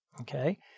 okay